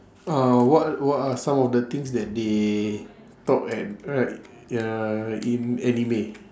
uh what what are some of the things that they taught at right ya in anime